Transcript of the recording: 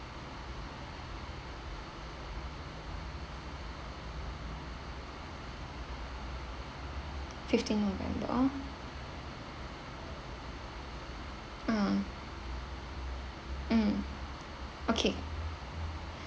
fifteenth november ah mm okay